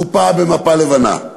מחופה במפה לבנה.